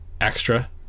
extra